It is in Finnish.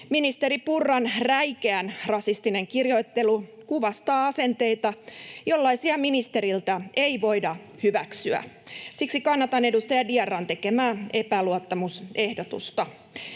Ministeri Purran räikeän rasistinen kirjoittelu kuvastaa asenteita, jollaisia ministeriltä ei voida hyväksyä. Siksi kannatan edustaja Diarran tekemää epäluottamusehdotusta.